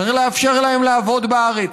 צריך לאפשר להם לעבוד בארץ.